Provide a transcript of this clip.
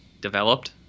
developed